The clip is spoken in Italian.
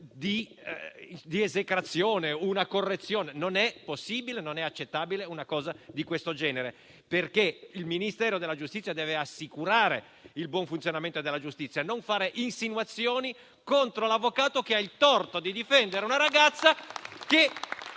di esecrazione e una correzione. Non è possibile e non è accettabile una cosa di questo genere. Il Ministero della giustizia deve assicurare il buon funzionamento della giustizia, non fare insinuazioni contro l'avvocato che ha il torto di difendere una ragazza che